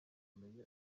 amenye